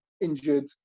injured